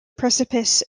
precipice